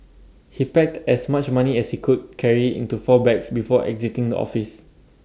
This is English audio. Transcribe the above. he packed as much money as he could carry into four bags before exiting the office